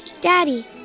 Daddy